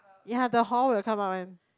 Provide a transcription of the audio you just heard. ya the horn will come out one